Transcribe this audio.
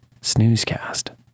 snoozecast